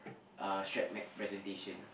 uh shred neck presentation